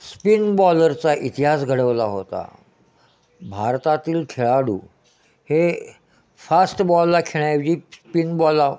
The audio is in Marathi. स्पिनबॉलरचा इतिहास घडवला होता भारतातील खेळाडू हे फास्ट बॉलला खेळण्याऐवजी स्पिनबॉला